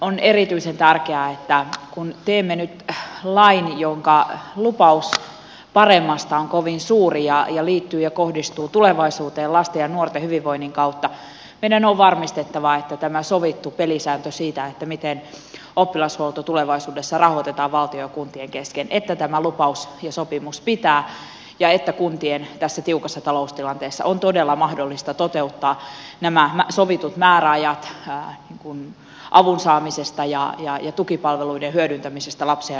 on erityisen tärkeää että kun teemme nyt lain jonka lupaus paremmasta on kovin suuri ja liittyy ja kohdistuu tulevaisuuteen lasten ja nuorten hyvinvoinnin kautta meidän on varmistettava että tämä sovittu pelisääntö siitä miten oppilashuolto tulevaisuudessa rahoitetaan valtion ja kuntien kesken että tämä lupaus ja sopimus pitää ja että kuntien tässä tiukassa taloustilanteessa on todella mahdollista toteuttaa nämä sovitut määräajat avun saamisesta ja tukipalveluiden hyödyntämisestä lapsen ja nuoren elämässä